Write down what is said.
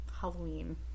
Halloween